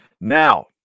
Now